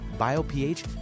BioPH